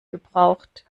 gebraucht